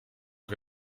che